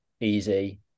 Easy